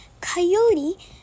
Coyote